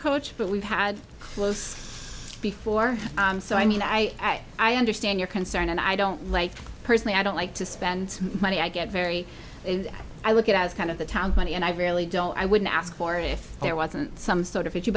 coach but we've had close before so i mean i i understand your concern and i don't like personally i don't like to spend money i get very and i look at as kind of the town money and i really don't i wouldn't ask for if there wasn't some sort of